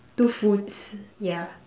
two foods yeah